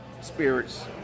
spirits